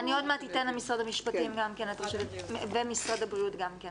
אני עוד מעט אתן למשרד המשפטים את רשות הדיבור ולמשרד הבריאות גם כן.